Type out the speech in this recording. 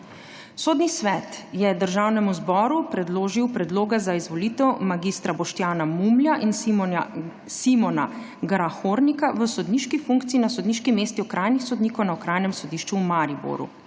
Sodni svet je Državnemu zboru predložil predloga za izvolitev mag. Boštjana Mumlja in Simona Grahornika v sodniški funkciji na sodniški mesti okrajnih sodnikov na Okrajnem sodišču v Mariboru.